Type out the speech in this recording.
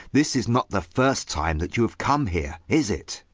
this is not the first time that you have come here, is it?